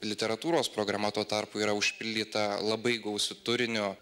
literatūros programa tuo tarpu yra užpildyta labai gausiu turiniu